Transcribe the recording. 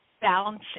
balancing